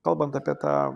kalbant apie tą